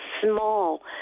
small